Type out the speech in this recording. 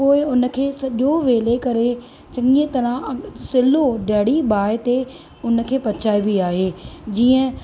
पोइ उन खे सॼो वेले करे चङीअ तरह सिलो डढ़ी ॿाहि ते उन खे पचाइबी आहे जीअं